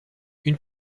une